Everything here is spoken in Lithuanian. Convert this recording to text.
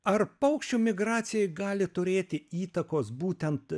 ar paukščių migracijai gali turėti įtakos būtent